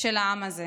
של העם הזה?